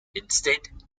instead